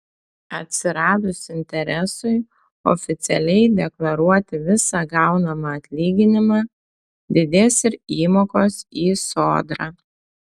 atsiradus interesui oficialiai deklaruoti visą gaunamą atlyginimą didės ir įmokos į sodrą